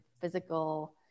physical